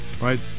Right